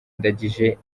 ndagijimana